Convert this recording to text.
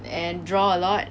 and draw a lot